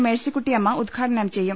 മേഴ്സിക്കുട്ടിയമ്മ ഉദ്ഘാടനം ചെയ്യും